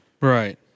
Right